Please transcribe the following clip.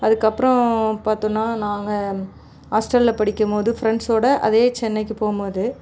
அதுக்கப்றம் பார்த்தோனா நாங்கள் ஹாஸ்ட்டலில் படிக்கம்மோது ஃப்ரெண்ட்சோடு அதே சென்னைக்கு போம்மோது